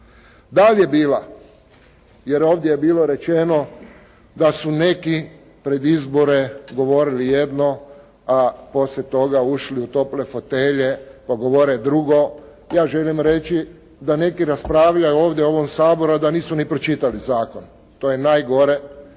Dali je bila, jer ovdje je bilo rečeno da su neki pred izbore govorili jedno, a poslije toga ušli u tople fotelje, pa govore drugo, ja želim reći da neki raspravljaju ovdje u ovom Saboru, a da nisu ni pročitali zakon. To je najgore